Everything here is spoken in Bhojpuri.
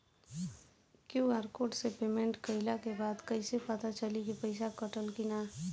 क्यू.आर कोड से पेमेंट कईला के बाद कईसे पता चली की पैसा कटल की ना?